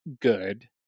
good